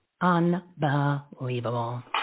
Unbelievable